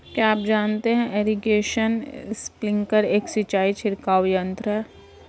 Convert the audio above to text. क्या आप जानते है इरीगेशन स्पिंकलर एक सिंचाई छिड़काव यंत्र है?